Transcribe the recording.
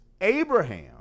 Abraham